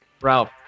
Ralph